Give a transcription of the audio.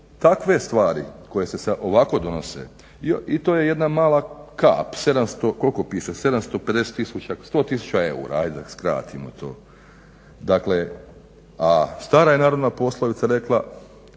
Takve stvari koje se ovako donose i to je jedna mala kap, koliko piše 100 tisuća eura, da skratimo to. A stara je narodna poslovica rekla